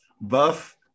buff